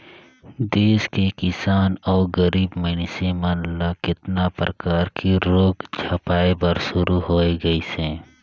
देस के किसान अउ गरीब मइनसे मन ल केतना परकर के रोग झपाए बर शुरू होय गइसे